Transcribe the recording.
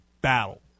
battle